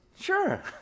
Sure